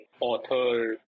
author